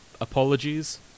Apologies